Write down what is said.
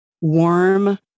warm